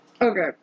Okay